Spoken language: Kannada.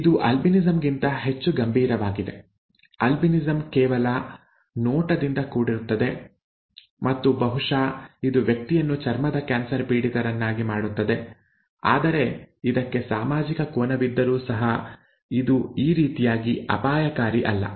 ಇದು ಆಲ್ಬಿನಿಸಂ ಗಿಂತ ಹೆಚ್ಚು ಗಂಭೀರವಾಗಿದೆ ಆಲ್ಬಿನಿಸಂ ಕೇವಲ ನೋಟದಿಂದ ಕೂಡಿರುತ್ತದೆ ಮತ್ತು ಬಹುಶಃ ಇದು ವ್ಯಕ್ತಿಯನ್ನು ಚರ್ಮದ ಕ್ಯಾನ್ಸರ್ ಪೀಡಿತರನ್ನಾಗಿ ಮಾಡುತ್ತದೆ ಆದರೆ ಇದಕ್ಕೆ ಸಾಮಾಜಿಕ ಕೋನವಿದ್ದರೂ ಸಹ ಇದು ಈ ರೀತಿಯಾಗಿ ಅಪಾಯಕಾರಿ ಅಲ್ಲ